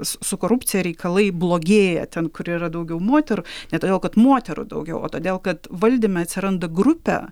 su su korupcija reikalai blogėja ten kur yra daugiau moterų ne todėl kad moterų daugiau o todėl kad valdyme atsiranda grupė